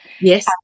Yes